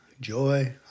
joy